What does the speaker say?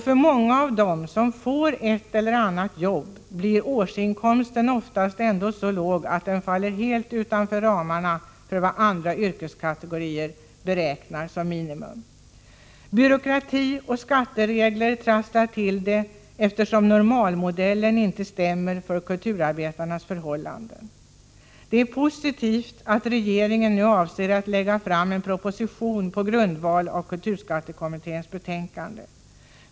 För många av dem som får ett eller annat jobb blir årsinkomsten oftast ändå så låg att den faller helt utanför ramarna för vad andra yrkeskategorier anser vara ett minimum. Byråkrati och skatteregler trasslar till det för kulturarbetarna, eftersom normalmodellen inte stämmer med deras förhållanden. Det är positivt att regeringen nu avser att lägga fram en proposition på grundval av kulturskattekommitténs betänkande.